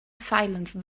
silence